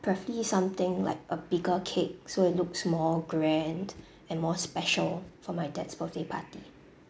preferably something like a bigger cake so it looks more grand and more special for my dad's birthday party